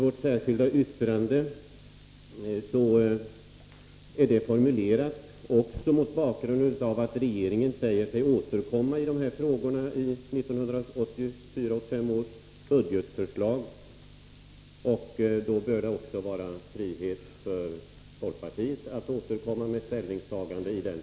Vårt särskilda yttrande är formulerat också mot bakgrund av att regeringen säger att man skall återkomma till de här frågorna i 1984/85 års budgetförslag. Då bör det också stå folkpartiet fritt att återkomma med sina ställningstaganden.